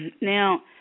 Now